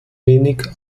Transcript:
wenig